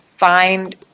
find